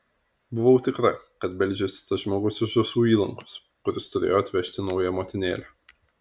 buvau tikra kad beldžiasi tas žmogus iš žąsų įlankos kuris turėjo atvežti naują motinėlę